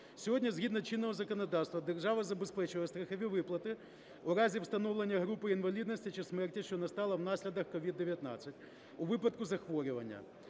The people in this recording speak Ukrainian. Сьогодні згідно чинного законодавча держава забезпечила страхові виплати в разі встановлення групи інвалідності чи смерті, що настала внаслідок COVID-19 у випадку захворювання